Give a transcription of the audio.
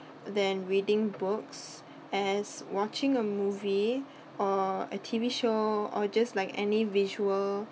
than reading books as watching a movie or a T_V show or just like any visual